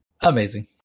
amazing